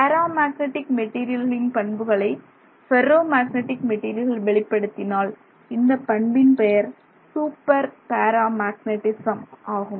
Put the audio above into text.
பேரா மேக்னெட்டிக் மெட்டீரியல்களில் பண்புகளை ஃபெர்ரோ மேக்னெட்டிக் மெட்டீரியல்கள் வெளிப்படுத்தினால் இந்தப் பண்பின் பெயர் சூப்பர் பேரா மேக்னெட்டிசம் ஆகும்